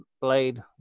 blade